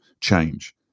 change